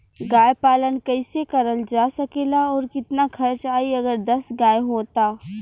गाय पालन कइसे करल जा सकेला और कितना खर्च आई अगर दस गाय हो त?